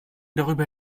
darüber